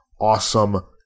awesome